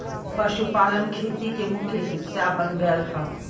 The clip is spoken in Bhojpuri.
पशुपालन खेती के मुख्य हिस्सा बन गयल हौ